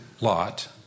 Lot